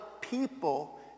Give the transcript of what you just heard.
people